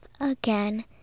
again